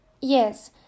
Yes